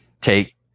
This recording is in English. take